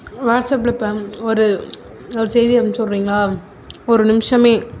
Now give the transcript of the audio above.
வாட்ஸப்பில் இப்போ ஒரு ஒரு செய்தி அனுப்பிச்சுட்றிங்களா ஒரு நிமிஷமே